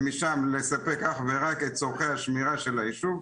ומשם לספק אך ורק את צורכי השמירה של היישוב,